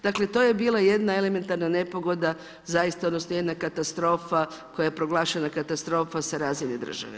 Dakle, to je bila jedna elementarna nepogoda zaista, odnosno jedna katastrofa koja je proglašena katastrofa sa razine države.